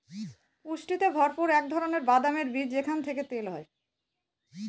পুষ্টিতে ভরপুর এক ধরনের বাদামের বীজ যেখান থেকে তেল হয়